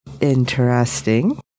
interesting